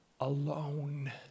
alone